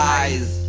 eyes